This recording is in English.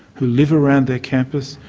who live around their campus,